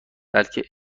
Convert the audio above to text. بلکه